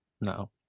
No